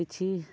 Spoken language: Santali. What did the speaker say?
ᱠᱤᱪᱷᱤ